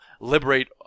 liberate